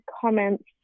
comments